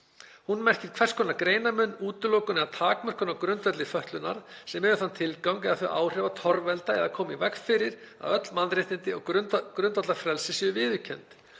merkir hvers konar greinarmun, útilokun eða takmörkun á grundvelli fötlunar sem hefur þann tilgang eða þau áhrif að torvelda eða koma í veg fyrir að öll mannréttindi og grundvallarfrelsi séu viðurkennd,